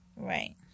Right